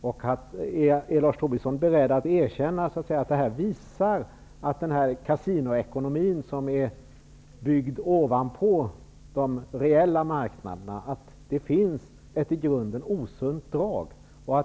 Är Lars Tobisson vidare beredd att erkänna att den här kasinoekonomin, byggd på de reella marknaderna, i grunden innehåller ett osunt drag?